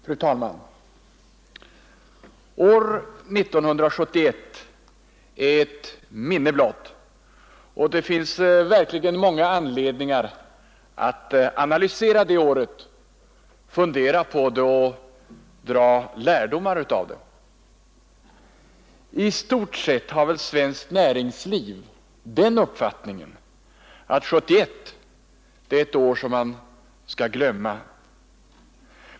Fru talman! År 1971 är ett minne blott, och det finns verkligen många anledningar att analysera det året, fundera på det och dra lärdomar av det. I stort sett har väl svenskt näringsliv den uppfattningen att 1971 är ett år som man skall glömma.